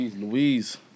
Louise